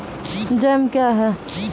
Jam क्या हैं?